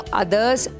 others